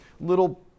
little